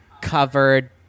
covered